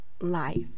life